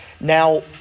Now